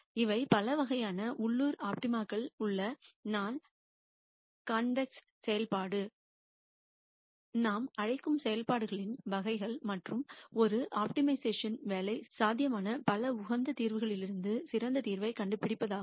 இவை பல வகையான உள்ளூர் ஆப்டிமாக்கள் உள்ள நான் கான்வேஸ் செயல்பாடுகளாக நாம் அழைக்கும் செயல்பாடுகளின் வகைகள் மற்றும் ஒரு ஆப்டிமைசேஷன் ன் வேலை சாத்தியமான பல உகந்த தீர்வுகளிலிருந்து சிறந்த தீர்வைக் கண்டுபிடிப்பதாகும்